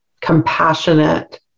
compassionate